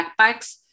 backpacks